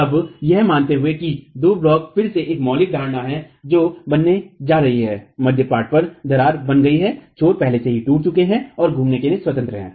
अब यह मानते हुए कि दो ब्लॉक फिर से एक मौलिक धारणा है जो बनने जा रही है मध्य पाट पर दरार बन गई है छोर पहले से ही टूट चुके हैं और घूमने के लिए स्वतंत्र हैं